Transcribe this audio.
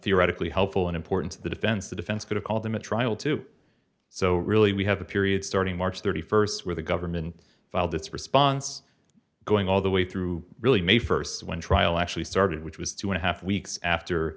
theoretically helpful and important to the defense the defense could have called them a trial too so really we have a period starting march st where the government filed its response going all the way through really may st when trial actually started which was two and a half weeks after